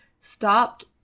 stopped